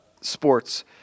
sports